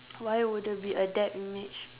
why would there be a depth image